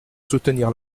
soutenir